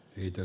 ykä